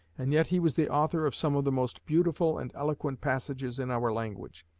and yet he was the author of some of the most beautiful and eloquent passages in our language,